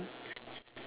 ya sure